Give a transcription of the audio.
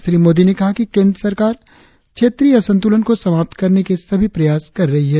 श्री मोदी ने कहा कि केंद्र सरकार क्षेत्रीय असंतुलन को समाप्त करने के सभी प्रयास कर रही है